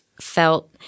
felt